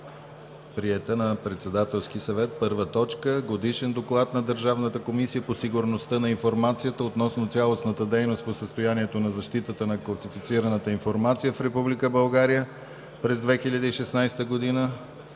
приета на Председателския съвет. „1. Годишен доклад на Държавната комисия по сигурността на информацията относно цялостната дейност по състоянието на защитата на класифицираната информация в Република България през 2016 г.